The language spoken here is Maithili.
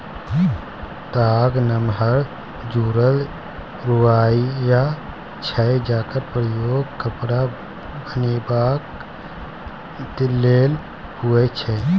ताग नमहर जुरल रुइया छै जकर प्रयोग कपड़ा बनेबाक लेल होइ छै